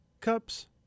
Cups